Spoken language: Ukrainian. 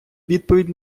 відповідь